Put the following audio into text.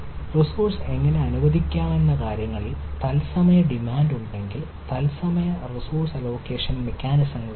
resource എങ്ങനെ അനുവദിക്കാമെന്ന കാര്യങ്ങളിൽ തത്സമയ ഡിമാൻഡ് ഉണ്ടെങ്കിൽ തൽസമയ റിസോഴ്സ് അലോക്കേഷൻ മെക്കാനിസങ്ങൾ ഉണ്ട്